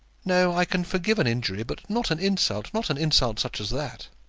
no i can forgive an injury, but not an insult not an insult such as that.